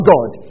God